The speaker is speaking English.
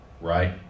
right